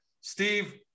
Steve